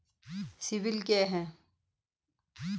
CIBIL क्या है?